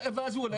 ואז הוא הולך.